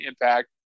impact